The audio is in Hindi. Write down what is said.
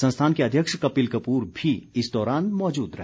संस्थान के अध्यक्ष कपिल कपूर भी इस दौरान मौजूद रहे